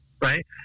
right